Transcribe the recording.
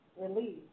release